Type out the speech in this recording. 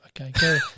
Okay